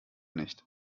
nicht